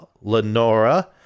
Lenora